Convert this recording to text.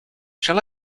shall